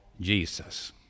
Jesus